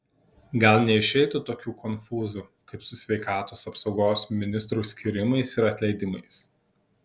gal neišeitų tokių konfūzų kaip su sveikatos apsaugos ministrų skyrimais ir atleidimais